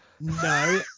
No